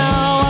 Now